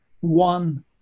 one